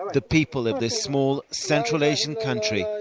the people at this small, central asian country,